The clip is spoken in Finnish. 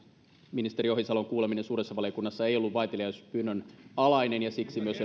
ministeri ohisalon kuuleminen suuressa valiokunnassa ei ollut vaiteliaisuuspyynnön alainen ja siksi myös